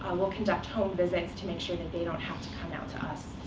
um we'll conduct home visits to make sure that they don't have to come out to us,